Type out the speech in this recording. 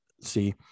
See